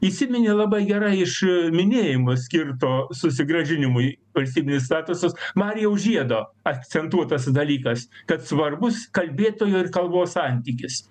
įsiminė labai gerai iš minėjimo skirto susigrąžinimui valstybinis statusas marijaus žiedo akcentuotas dalykas kad svarbus kalbėtojo ir kalbos santykis